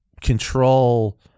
control